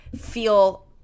feel